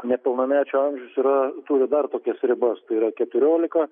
nepilnamečio amžius yra turi dar tokias ribas tai yra keturiolika